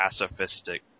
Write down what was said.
pacifistic